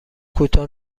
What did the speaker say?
کوتاه